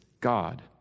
God